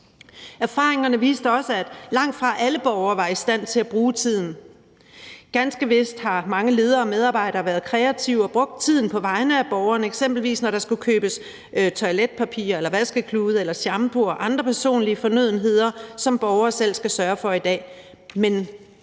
Erfaringerne viste også, at langtfra alle borgere var i stand til at bruge tiden. Ganske vist har mange ledere og medarbejdere været kreative og brugt tiden på vegne af borgerne, når der eksempelvis skulle købes toiletpapir, vaskeklude, shampoo og andre personlige fornødenheder, hvilket borgerne selv skal sørge for i dag.